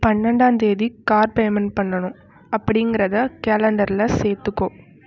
பன்னெண்டாம் தேதி car payment பண்ணணும் அப்படிங்கிறதை கேலண்டரில் சேர்த்துக்கோ